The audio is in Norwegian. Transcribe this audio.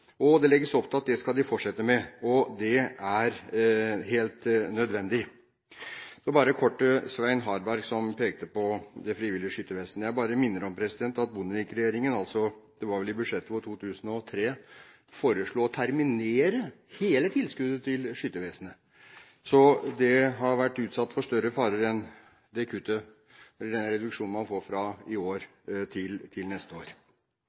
og det legges opp til at det skal de fortsette med. Det er helt nødvendig. Så bare kort til Svein Harberg, som pekte på Det Frivillige Skyttervesen. Jeg bare minner om at Bondevik-regjeringen – det var vel i budsjettet for 2003 – foreslo å terminere hele tilskuddet til Skyttervesenet. Så det har vært utsatt for større farer enn den reduksjonen man får fra i år til neste år.